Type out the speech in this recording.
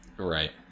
Right